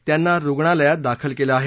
त्यांना रुग्णालयात दाखल केलं आहे